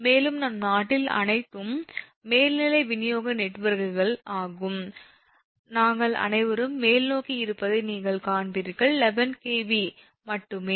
மேலும் நம் நாட்டில் அனைத்தும் மேல்நிலை விநியோக நெட்வொர்க்குகள் ஆகும் நாங்கள் அனைவரும் மேல்நோக்கி இருப்பதை நீங்கள் காண்பீர்கள் 11 𝑘𝑉 மட்டுமே